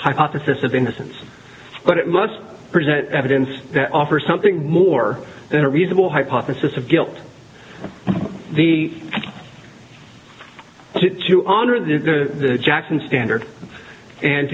hypothesis of innocence but it must present evidence that offer something more than a reasonable hypothesis of guilt the to honor the jackson standard and